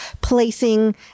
placing